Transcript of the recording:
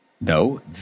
No